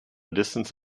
distance